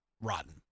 rotten